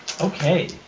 Okay